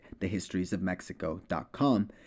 thehistoriesofmexico.com